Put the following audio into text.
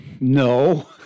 no